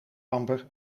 amber